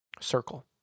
circle